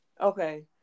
Okay